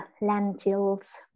lentils